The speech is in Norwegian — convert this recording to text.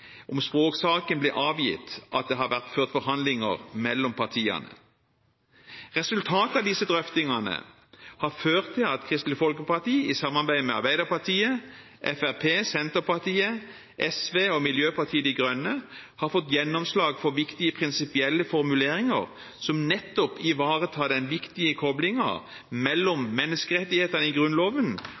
om språksaken ble avgitt at det har vært ført forhandlinger mellom partiene. Resultatet av disse drøftingene har ført til at Kristelig Folkeparti i samarbeid med Arbeiderpartiet, Fremskrittspartiet, Senterpartiet, SV og Miljøpartiet De Grønne har fått gjennomslag for viktige prinsipielle formuleringer som nettopp ivaretar den viktige koblingen mellom menneskerettighetene i Grunnloven